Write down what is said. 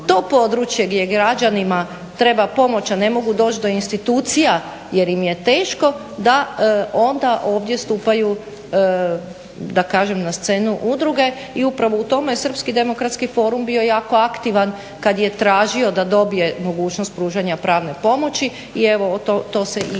to područje gdje građanima treba pomoć, a ne mogu doći do institucija jer im je teško da onda ovdje stupaju da kažem na scenu udruge. I upravo u tome je srpski demokratski forum bio jako aktivan kad je tražio da dobije mogućnost pružanja pravne pomoći. I evo to se i